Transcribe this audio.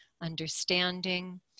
Understanding